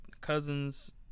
Cousins